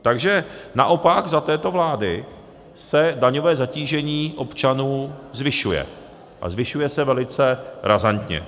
Takže naopak za této vlády se daňové zatížení občanů zvyšuje, a zvyšuje se velice razantně.